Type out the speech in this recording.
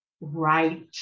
right